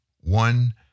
one